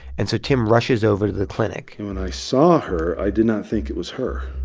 and so tim rushes over to the clinic and when i saw her, i did not think it was her.